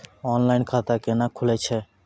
Online खाता केना खुलै छै?